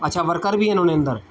अच्छा वर्कर बि आहिनि उन अंदरि